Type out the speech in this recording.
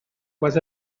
was